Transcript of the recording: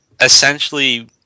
essentially